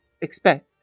expect